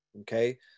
Okay